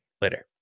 Later